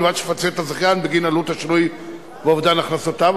ובלבד שתפצה את הזכיין בגין עלות השינוי ואובדן הכנסותיו.